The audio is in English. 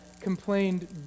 complained